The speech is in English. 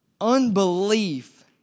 unbelief